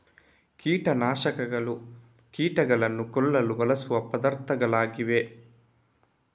ಕೀಟ ನಾಶಕಗಳು ಕೀಟಗಳನ್ನು ಕೊಲ್ಲಲು ಬಳಸುವ ಪದಾರ್ಥಗಳಾಗಿವೆ